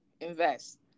Invest